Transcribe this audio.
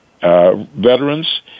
veterans